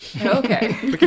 Okay